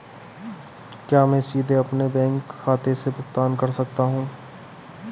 क्या मैं सीधे अपने बैंक खाते से भुगतान कर सकता हूं?